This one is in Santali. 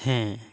ᱦᱮᱸ